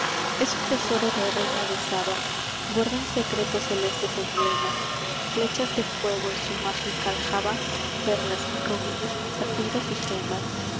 en su tesoro de reina de saba guarda en secreto celestes emblemas flechas de fuego en su mágica aljaba perlas rubíes zafiros y gemas